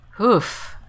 Oof